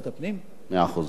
ולי.